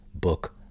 book